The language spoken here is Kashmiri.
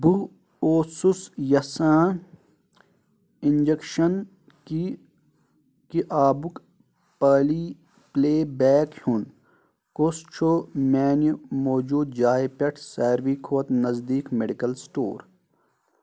بہٕ اوسُس یژھان اِنٛجیٚکشَن کہِ آبُک پٕلے پیک ہٮ۪وٚن، کُس چھُ میانہِ موٗجوٗدٕ جایہِ پٮ۪ٹھ ساروِی کھۄتہٕ نزدیٖک میڈیکل سٹور ؟